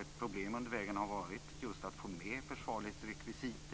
Ett problem under vägen har just varit att få med försvarlighetsrekvisitet.